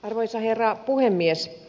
arvoisa herra puhemies